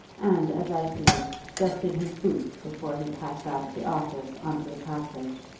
and, as i fear, dusted his boots before he passed out of the office on to the passage.